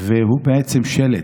והוא בעצם שלד,